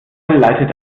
leitet